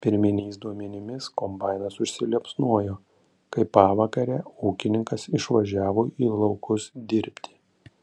pirminiais duomenimis kombainas užsiliepsnojo kai pavakarę ūkininkas išvažiavo į laukus dirbti